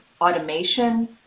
automation